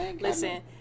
Listen